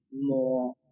more